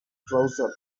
trousers